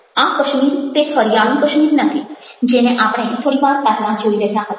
આ કશ્મીર તે હરિયાળું કશ્મીર નથી જેને આપણે થોડી વાર પહેલાં જોઈ રહ્યા હતા